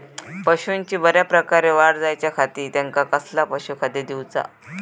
पशूंची बऱ्या प्रकारे वाढ जायच्या खाती त्यांका कसला पशुखाद्य दिऊचा?